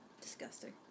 disgusting